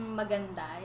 maganda